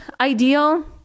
ideal